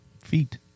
Feet